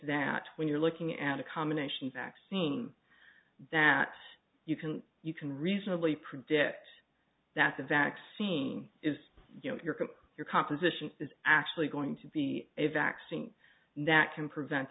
that when you're looking at a combination vaccine that you can you can reasonably predict that the vaccine is you know your group your composition is actually going to be a vaccine that can prevent